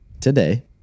today